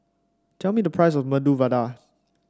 tell me the price of Medu Vada